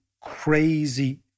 crazy